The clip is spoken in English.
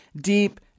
deep